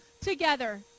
together